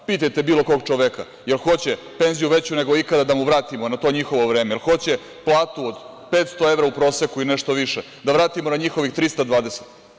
Pitajte bilo kog čoveka da li hoće penziju veću nego ikada da mu vratimo na to njihovo vreme, jel hoće platu od 500 evra u proseku i nešto više, da vratimo na njihovih 320.